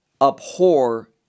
abhor